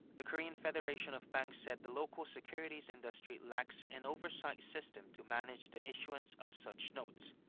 the korean federation of banks said the local securities industry lacks an oversight system to manage the issuance of such notes.